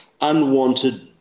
unwanted